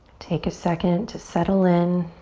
take a second to settle in.